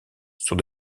sur